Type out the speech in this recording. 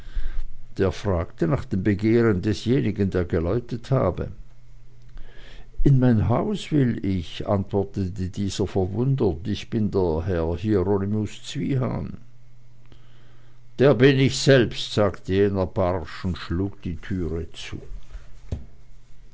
der fragte nach dem begehren desjenigen der geläutet habe in mein haus will ich antwortete dieser verwundert ich bin der herr hieronymus zwiehan der bin ich selbst sagte jener barsch und schlug die türe zu